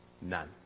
None